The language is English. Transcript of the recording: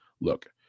look